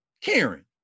Karen